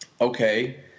okay